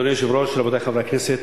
אדוני היושב-ראש, רבותי חברי הכנסת,